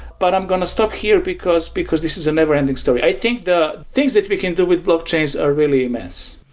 but i'm going to stop here, because because this is a never ending story. i think the things that we can do with blockchains are really immense.